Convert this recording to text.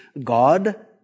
God